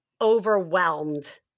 overwhelmed